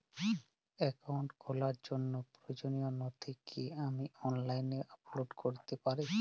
Account খোলার জন্য প্রয়োজনীয় নথি কি আমি অনলাইনে আপলোড করতে পারি?